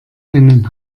einen